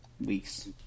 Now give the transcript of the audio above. week's